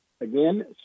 Again